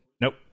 nope